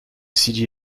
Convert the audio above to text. sidi